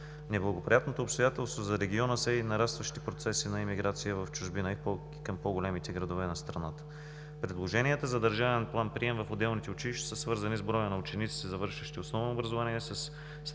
Неблагоприятно обстоятелство за региона са и нарастващите процеси на емиграция в чужбина и към по-големите градове на страната. Предложенията за държавен план-прием в отделните училища са свързани с броя на учениците, завършващи основно образование, със